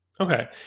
Okay